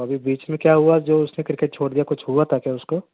ابھی بیچ میں کیا ہوا جو اس نے کرکٹ چھوڑ دیا کچھ ہوا تھا کیا اس کو